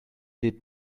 did